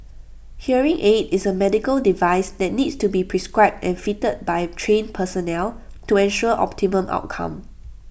hearing aid is A medical device that needs to be prescribed and fitted by trained personnel to ensure optimum outcome